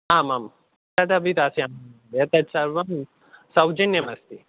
आम् आम् तदपि दास्यामि महोदय तत्सर्वं सौजन्यमस्ति